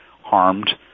harmed